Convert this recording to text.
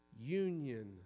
Union